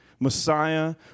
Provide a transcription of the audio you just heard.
Messiah